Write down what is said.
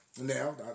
Now